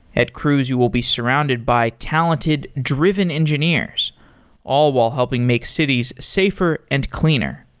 at cruise you will be surrounded by talented, driven engineers all while helping make cities safer and cleaner.